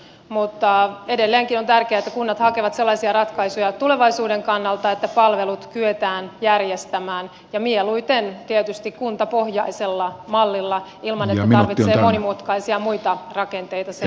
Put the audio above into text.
mutta edelleenkin on tärkeätä että kunnat hakevat sellaisia ratkaisuja tulevaisuuden kannalta että palvelut kyetään järjestämään ja mieluiten tietysti kuntapohjaisella mallilla ilman että tarvitsee monimutkaisia muita rakenteita sen lisäksi rakentaa